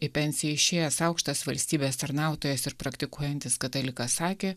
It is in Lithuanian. į pensiją išėjęs aukštas valstybės tarnautojas ir praktikuojantis katalikas sakė